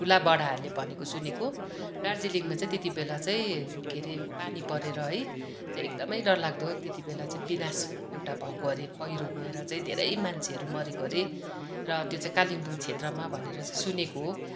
ठुला बढाहरूले भनेको सुनेको दार्जिलिङमा चाहिँ त्यतिबेला चाहिँ के अरे पानी परेर है चाहिँ एकदमै डरलाग्दो त्यति बेला चाहिँ विनाश एउटा भएको अरे पहिरो गएर चाहिँ धेरै मान्छेहरू मरेको अरे र त्यो चाहिँ कालिम्पोङ क्षेत्रमा भनेर चाहिँ सुनेको